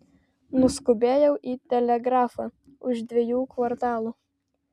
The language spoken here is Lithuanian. nuskubėjau į telegrafą už dviejų kvartalų